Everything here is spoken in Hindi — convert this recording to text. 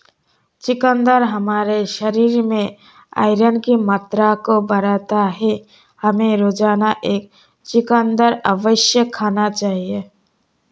चुकंदर हमारे शरीर में आयरन की मात्रा को बढ़ाता है, हमें रोजाना एक चुकंदर अवश्य खाना चाहिए